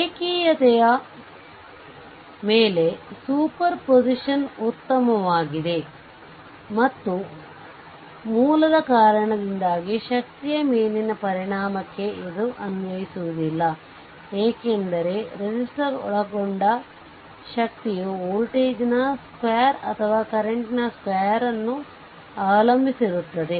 ರೇಖೀಯತೆಯ ಮೇಲೆ ಸೂಪರ್ಪೋಸಿಷನ್ ಉತ್ತಮವಾಗಿದೆ ಮತ್ತು ಮೂಲದ ಕಾರಣದಿಂದಾಗಿ ಶಕ್ತಿಯ ಮೇಲಿನ ಪರಿಣಾಮಕ್ಕೆ ಇದು ಅನ್ವಯಿಸುವುದಿಲ್ಲ ಏಕೆಂದರೆ ಪ್ರತಿರೋಧಕಒಳಗೋಡ ಶಕ್ತಿಯು ವೋಲ್ಟೇಜ್ನ ಸ್ಕ್ವೇರ್ ಅಥವಾ ಕರೆಂಟ್ ನ ಸ್ಕ್ವೇರ್ ನ್ನು ಅವಲಂಬಿಸಿರುತ್ತದೆ